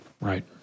Right